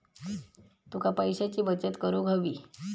तुका पैशाची बचत करूक हवी